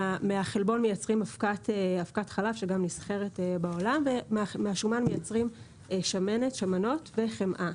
מהחלבון מייצרים אבקת חלב שגם נסחרת בעולם ומהשומן מייצרים שמנות וחמאה.